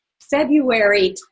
February